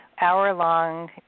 hour-long